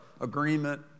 agreement